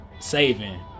saving